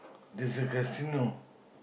there's a casino